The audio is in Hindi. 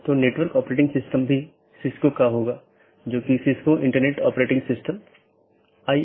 इसलिए आज हम BGP प्रोटोकॉल की मूल विशेषताओं पर चर्चा करेंगे